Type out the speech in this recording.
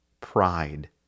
pride